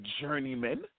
journeyman